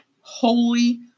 holy